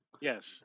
Yes